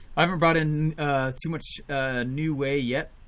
i haven't brought in too much new way yet.